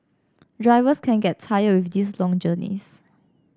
drivers can get tired with these long journeys